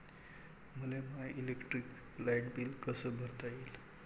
मले माय electric light bill कस भरता येईल?